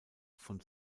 von